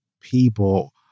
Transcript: people